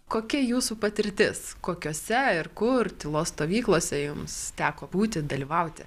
kokia jūsų patirtis kokiose ir kur tylos stovyklose jums teko būti dalyvauti